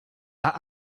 that